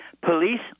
police